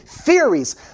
Theories